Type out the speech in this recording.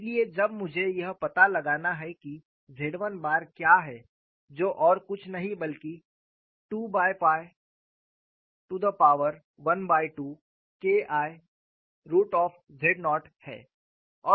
इसलिए जब मुझे यह पता लगाना है कि Z 1 बार क्या है जो और कुछ नहीं बल्कि 212KIz0 हैं